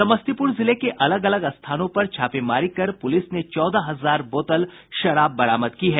समस्तीपूर जिले के अलग अलग स्थानों पर छापेमारी कर पूलिस ने चौदह हजार बोतल शराब बरामद की है